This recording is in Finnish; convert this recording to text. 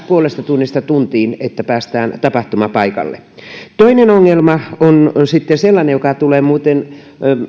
puolesta tunnista tuntiin että päästään tapahtumapaikalle toinen ongelma on sitten sellainen joka tulee muuten